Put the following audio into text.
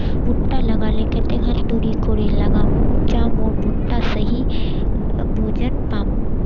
भुट्टा लगा ले कते खान दूरी करे लगाम ज मोर भुट्टा सही भोजन पाम?